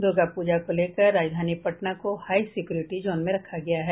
दुर्गा पूजा को लेकर राजधानी पटना को हाई सिक्यूरिटी जोन में रखा गया है